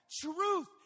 Truth